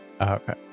okay